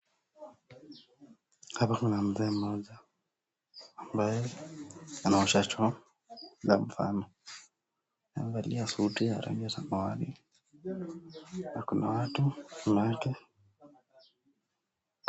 Hapa kuna mzee mmoja, ambaye anaosha choo namfam amevalia suti ya samati na kuna watu nyuma yake.